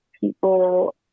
people